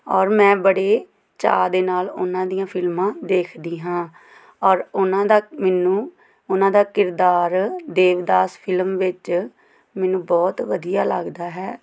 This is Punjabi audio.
ਔਰ ਮੈਂ ਬੜੇ ਚਾਅ ਦੇ ਨਾਲ ਉਹਨਾਂ ਦੀਆਂ ਫਿਲਮਾਂ ਦੇਖਦੀ ਹਾਂ ਔਰ ਉਹਨਾਂ ਦਾ ਮੈਨੂੰ ਉਹਨਾਂ ਦਾ ਕਿਰਦਾਰ ਦੇਵਦਾਸ ਫਿਲਮ ਵਿੱਚ ਮੈਨੂੰ ਬਹੁਤ ਵਧੀਆ ਲੱਗਦਾ ਹੈ